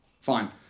Fine